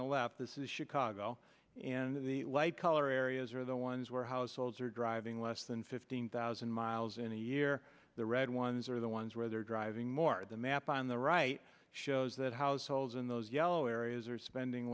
the left this is chicago and the white collar areas are the ones where households are driving less than fifteen thousand miles in a year the red ones are the ones where they're driving more the map on the right shows that households in those yellow areas are spending